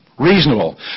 reasonable